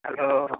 hello